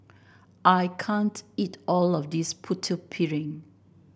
I can't eat all of this Putu Piring